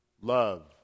Love